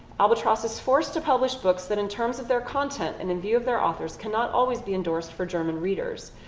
albatross is forced to publish books that in terms of their content and in view of their authors cannot always be endorsed for german readers.